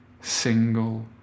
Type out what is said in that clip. single